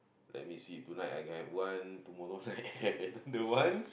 let me see tonight I can have one tomorrow night i have another one